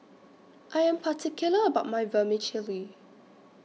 I Am particular about My Vermicelli